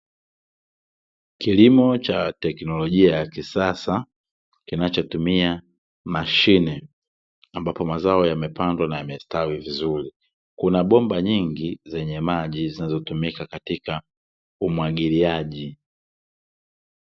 Kilimo cha teknolojia ya kisasa kinachotumia mashine ambapo mazao yamepandwa na yamestawi vizuri, kuna bomba nyingi zenye maji zinazotumika katika umwagiliaji.